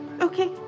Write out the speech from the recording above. okay